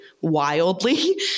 wildly